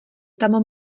tam